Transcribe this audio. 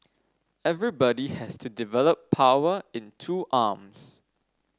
everybody has to develop power in two arms